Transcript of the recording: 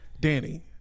Danny